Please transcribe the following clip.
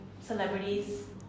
celebrities